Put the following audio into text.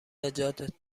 نجاتت